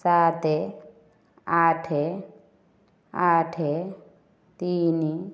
ସାତ ଆଠ ଆଠ ତିନି